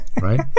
Right